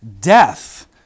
death